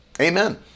amen